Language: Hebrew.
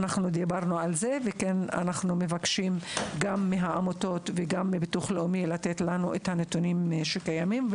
אנחנו מבקשים מהעמותות ומביטוח לאומי לתת לנו נתונים שקיימים,